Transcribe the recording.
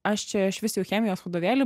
aš čia išvis jau chemijos vadovėlį